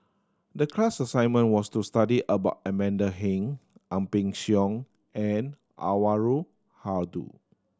the class assignment was to study about Amanda Heng Ang Peng Siong and Anwarul Haque